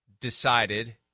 decided